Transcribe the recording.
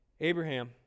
Abraham